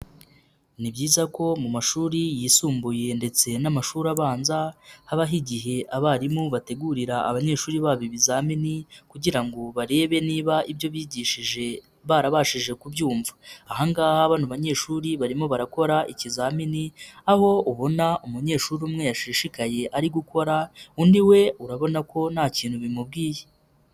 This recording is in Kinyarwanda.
Ni byiza ko mu mashuri yisumbuye ndetse n'amashuri abanza habaho igihe abarimu bategurira abanyeshuri babo ibizamini kugira ngo barebe niba ibyo bigishije barabashije kubyumva, aha ngaha bano banyeshuri barimo barakora ikizamini aho ubona umunyeshuri umwe yashishikaye ari gukora, undi we urabona ko nta kintu bimubwiye.